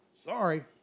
sorry